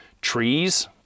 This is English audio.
trees